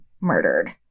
murdered